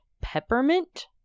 peppermint